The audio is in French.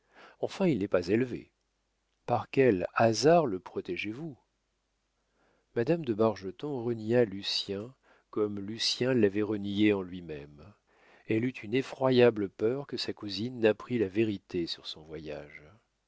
enfin il n'est pas élevé par quel hasard le protégez vous madame de bargeton renia lucien comme lucien l'avait reniée en lui-même elle eut une effroyable peur que sa cousine n'apprît la vérité sur son voyage